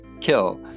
kill